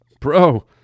Bro